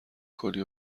کنی